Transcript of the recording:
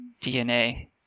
DNA